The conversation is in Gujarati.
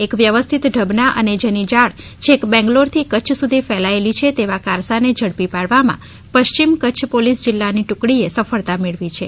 એક વ્યવસ્થિત ઢબના અને જેની જાળ છેક બેંગ્લોરથી કચ્છ સુધી ફેલાયેલી છે તેવા કારસાને ઝડપી પાડવામાં પશ્ચિમ કચ્છ પોલીસ જિલ્લાની ટુકડીએ સફળતા મેળવી છે